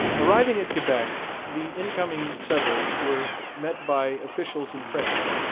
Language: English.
arriving at quebec the incoming settlers were met by officials and friends.